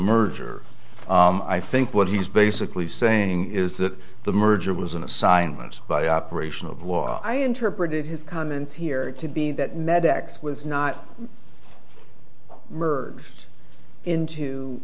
merger i think what he's basically saying is that the merger was an assignment by operation of law i interpreted his comments here to be that med x was not merged into